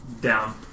down